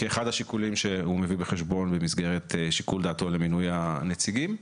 כאחד השיקולים שהוא מביא בחשבון במסגרת שיקול דעתו למינוי הנציגים.